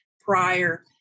prior